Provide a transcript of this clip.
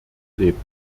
leben